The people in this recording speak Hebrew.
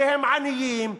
שהם עניים,